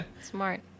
Smart